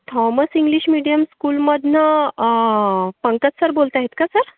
Thomas English medium स्कूलमधनं Pankaj sir बोलत आहेत का सर